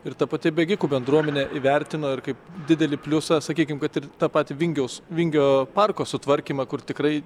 ir ta pati bėgikų bendruomenė įvertino ir kaip didelį pliusą sakykim kad ir tą patį vilniaus vingio parko sutvarkymą kur tikrai